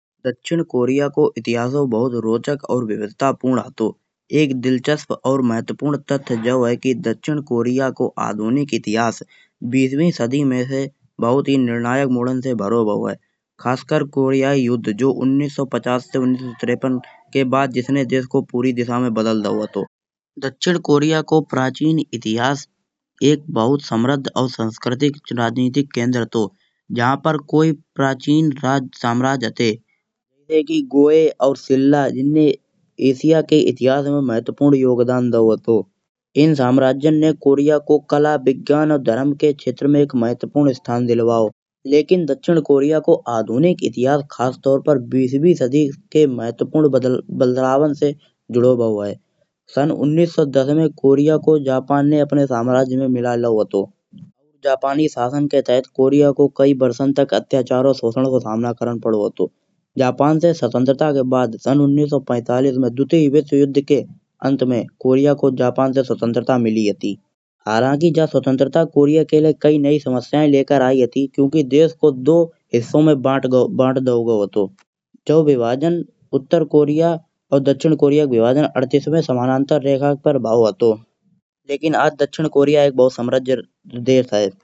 दक्षिण कोरिया को इतिहासहु बहुत रोचक और विविधतापूर्ण हतो। एक दिलचस्प और महत्वपूर्ण तथ्य जो है कि दक्षिण कोरिया को आधुनिक इतिहास बीसवीं सदी में से बहुत ही निर्णायक मोड़न से भरो भाव है। खासकर कोरियाई युद्ध जो उन्नीस सौ पचास से उन्नीस सौ तिरेपन के बाद जिसने देश को पूरी दिशा में बदल दाओ हतो। दक्षिण कोरिया को प्राचीन इतिहास एक बहुत समृद्ध और सांस्कृतिक चुनांधिक केंद्र थो। जहां पर कोई प्राचीन राज्य साम्राज्य हते कि गोये और शिल्ला जिनने एशिया के इतिहास में महत्वपूर्ण योगदान दाओ हतो। इन साम्राज्यन ने कोरिया को कला विज्ञान और धर्म के क्षेत्र में एक महत्वपूर्ण स्थान दिलवाओ। लेकिन दक्षिण कोरिया को आधुनिक इतिहास खासतौर पर बीसवीं सदी के महत्वपूर्ण बदलावन से जुड़ो भाव है। सन् उन्नीस सौ दस में कोरिया को जापान ने अपने साम्राज्य में मिला लाओ हतो। जापानी शासन के तहत कोरिया को कई बरसन तक अत्याचार और शोषण को सामना करन पड़ो हतो। जापान से स्वतंत्रता के बाद सन् उन्नीस सौ पैतालीस में द्वितीय विश्वयुद्ध के अंत में कोरिया को जापान से स्वतंत्रता मिली हती। हालांकि ज स्वतंत्रता कोरिया के लाय कई नई समस्या लेकर आई हती। क्योंकि देश को दो हिस्सों में बांट दाओ गाओ हतो। जो विभाजन उत्तर कोरिया और दक्षिण कोरिया के विभाजन के अढ़तिसवें समांतर रेखा पर भाव हतो। लेकिन आज दक्षिण कोरिया बहुत समृद्ध देश है।